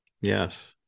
Yes